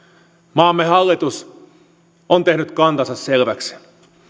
maamme hallitus on tehnyt kantansa selväksi